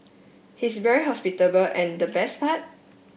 he's very hospitable and the best part